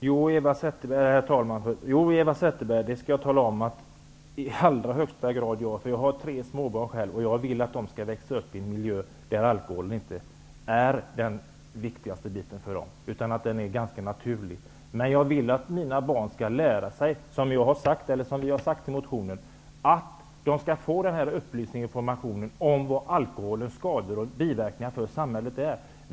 Herr talman! Jag skall tala om för Eva Zetterberg att vi i allra högsta grad är det. Jag har själv tre småbarn. Jag vill att de skall få växa upp i en miljö där alkoholen inte är det viktigaste utan någonting ganska naturligt. Men jag vill att mina barn skall få, som vi har skrivit i motionen, upplysning och information om vad alkoholen får för skador och biverkningar.